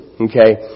okay